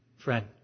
Friend